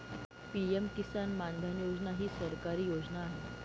PM किसान मानधन योजना ही सरकारी योजना आहे